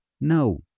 No